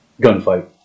gunfight